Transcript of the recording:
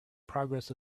progress